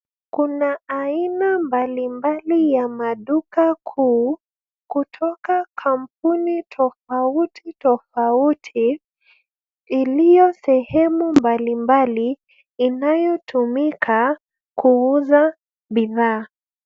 Kuna aina mbalimbali ya maduka kuu, kutoka kampuni tofauti tofauti, iliyo sehemu mbalimbali, inayotumika, kuuza bidhaa.